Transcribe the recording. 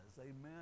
Amen